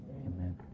Amen